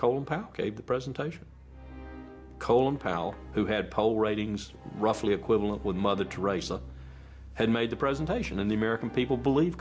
colin powell gave the presentation colin powell who had poll ratings roughly equivalent with mother teresa had made the presentation and the american people believe